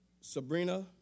Sabrina